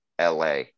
LA